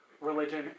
religion